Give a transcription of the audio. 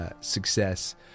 success